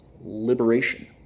Liberation